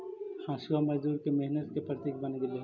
हँसुआ मजदूर के मेहनत के प्रतीक बन गेले हई